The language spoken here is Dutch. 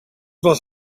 was